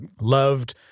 loved